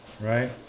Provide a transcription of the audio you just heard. Right